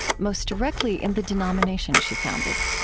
most directly in the denomination she founded.